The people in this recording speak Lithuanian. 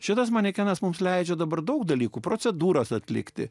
šitas manekenas mums leidžia dabar daug dalykų procedūros atlikti